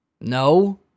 no